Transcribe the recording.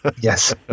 Yes